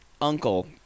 uncle